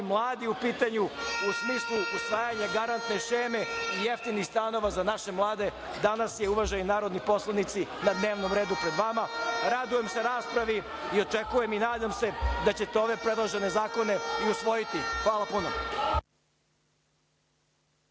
mladi u smislu usvajanja garantne šeme i jeftinih stanova za naše mlade, danas je uvaženi, narodni poslanici, na dnevnom redu pred vama. Radujem se raspravi i očekujem i nadam se da ćete ove predložene zakone i usvojiti. Hvala puno.